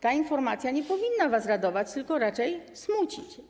Ta informacja nie powinna was radować, tylko raczej smucić.